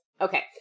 Okay